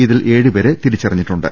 ഇതിൽ ഏഴുപേരെ തിരിച്ചറിഞ്ഞിട്ടു ണ്ട്